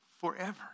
forever